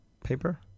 paper